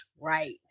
Right